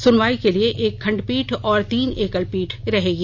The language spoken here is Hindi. सुनवाई के लिए एक खंडपीठ और तीन एकल पीठ रहेगी